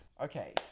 Okay